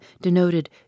denoted